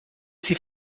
sie